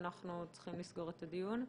ואנחנו צריכים לסגור את הדיון.